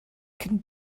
can